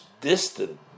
distant